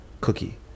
Cookie